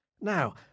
Now